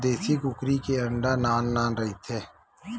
देसी कुकरी के अंडा नान नान रहिथे